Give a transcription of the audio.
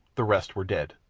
the rest were dead.